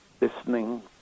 listening